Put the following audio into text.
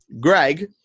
Greg